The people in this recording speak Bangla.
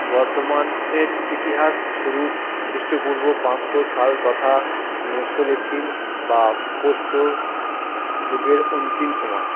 বর্ধমানের ইতিহাস শুরু খ্রিষ্টপূর্ব পাঁসশো সাল তথা মেসোলিথিক বা প্রস্তর যুগের অন্তিম সময়